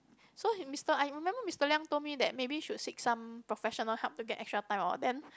so mister I remember Mister Liang told me that maybe should seek some professional help to get extra time orh then